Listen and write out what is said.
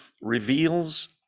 reveals